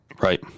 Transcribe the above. Right